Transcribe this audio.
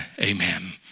amen